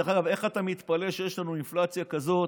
דרך אגב, איך אתה מתפלא שיש לנו אינפלציה כזאת,